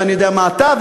ואני יודע מה אתה,